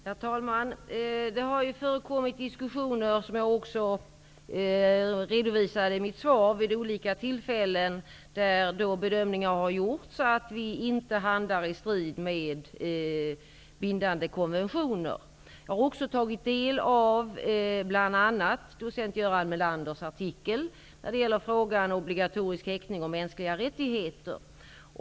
Herr talman! Det har vid olika tillfällen förekommit diskussioner, som jag redovisar i mitt svar, där bedömningar har gjorts att vi inte handlar i strid med bindande konventioner. Jag har också tagit del av bl.a. docent Göran Melanders artikel när det gäller frågan om obligatorisk häktning och mänskliga rättigheter.